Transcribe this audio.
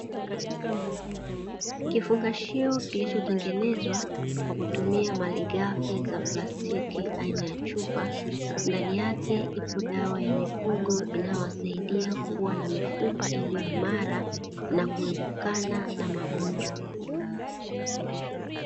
Kifungashio kilichotengenezwa kwa kutumia malighafi za plastiki aina ya chupa, ndani yake ipo dawa ya mifugo inayowasaidia kuwa na mifupa iliyo imara na kuepukana na magonjwa.